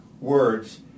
words